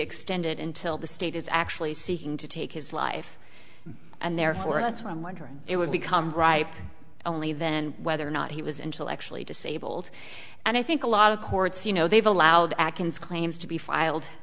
extended until the state is actually seeking to take his life and therefore that's why i'm wondering it would become ripe only then whether or not he was intellectually disabled and i think a lot of courts you know they've allowed actions claims to be filed